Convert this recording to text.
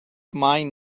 mine